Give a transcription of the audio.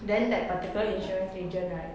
then that particular insurance agent right